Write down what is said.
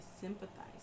sympathize